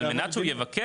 על מנת שהוא יבקש,